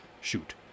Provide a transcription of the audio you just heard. shoot